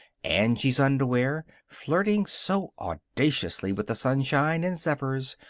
angie's underwear, flirting so audaciously with the sunshine and zephyrs,